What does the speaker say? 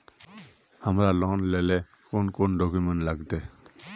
हमरा लोन लेले कौन कौन डॉक्यूमेंट लगते?